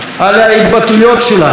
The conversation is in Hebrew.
על ההתבטאויות שלנו,